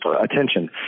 Attention